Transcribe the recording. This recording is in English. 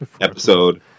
episode